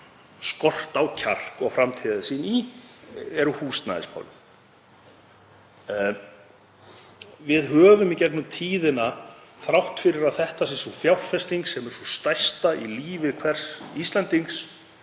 skort á kjark og framtíðarsýn í eru húsnæðismálin. Við höfum í gegnum tíðina, þrátt fyrir að þetta sé sú fjárfesting sem er sú stærsta í lífi hvers Íslendings,